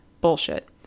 Bullshit